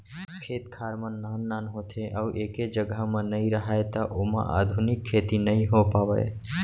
खेत खार मन नान नान होथे अउ एके जघा म नइ राहय त ओमा आधुनिक खेती नइ हो पावय